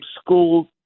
school